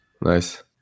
Nice